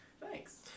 Thanks